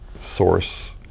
source